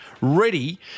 ready